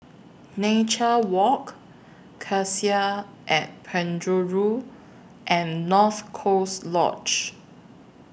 Nature Walk Cassia At Penjuru and North Coast Lodge